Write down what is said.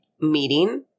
meeting